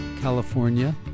California